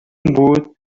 بود